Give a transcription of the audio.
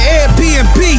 Airbnb